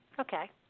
Okay